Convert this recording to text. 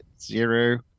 Zero